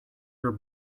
were